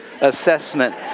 assessment